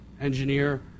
engineer